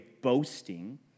boasting